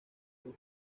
bwo